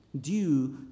due